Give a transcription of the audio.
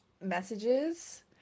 messages